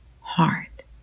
heart